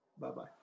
Bye-bye